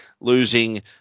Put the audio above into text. losing